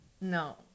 No